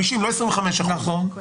50% לא 25%. נכון.